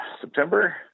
september